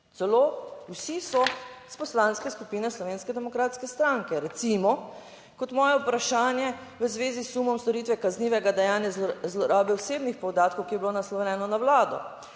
vsi so iz Poslanske skupine Slovenske demokratske stranke. Recimo, kot moje vprašanje v zvezi s sumom storitve kaznivega dejanja zlorabe osebnih podatkov, ki je bilo naslovljeno na Vlado.